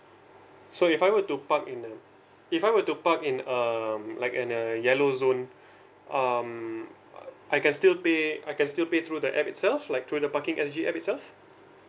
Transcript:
so if I were to park in a if I were to park in um like in a yellow zone um uh I can still pay I can still pay through the app itself like through the parking S G app itself